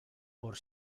por